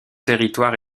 territoire